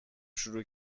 شروع